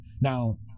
Now